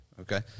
Okay